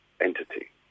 entity